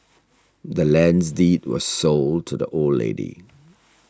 the land's deed was sold to the old lady